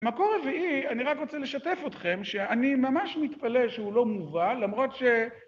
מקור רביעי, אני רק רוצה לשתף אתכם, שאני ממש מתפלא שהוא לא מובא, למרות ש...